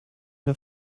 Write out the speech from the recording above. der